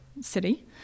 City